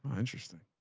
interesting.